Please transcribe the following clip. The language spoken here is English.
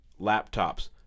laptops